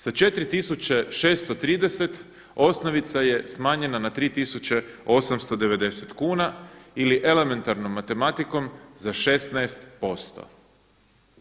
Sa 4.630 osnovica je smanjena na 3.890 kuna ili elementarnom matematikom za 16 posto.